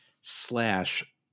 slash